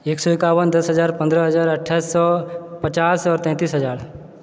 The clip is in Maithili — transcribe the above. एक सए एकाबन दश हजार पन्द्रह हजार अठ्ठाइस सए पचास आओर तैतीस हजार